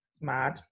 Mad